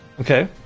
Okay